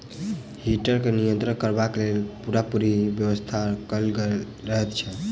heater के नियंत्रण करबाक लेल पूरापूरी व्यवस्था कयल रहैत छै